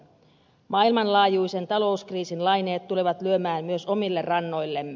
maailmanlaajuisen talouskriisin laineet tulevat lyömään myös omille rannoillemme